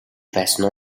байсан